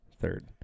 Third